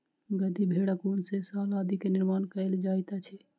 गद्दी भेड़क ऊन सॅ शाल आदि के निर्माण कयल जाइत अछि